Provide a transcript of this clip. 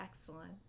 excellent